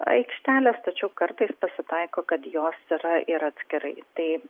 aikštelės tačiau kartais pasitaiko kad jos yra ir atskirai tai